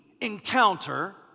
encounter